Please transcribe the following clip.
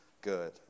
good